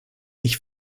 ich